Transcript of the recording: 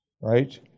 Right